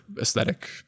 aesthetic